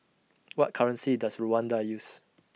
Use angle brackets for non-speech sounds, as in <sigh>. <noise> What currency Does Rwanda use